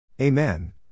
Amen